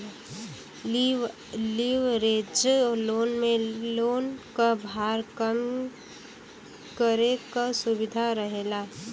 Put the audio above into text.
leverage loan में loan क भार के कम करे क सुविधा रहेला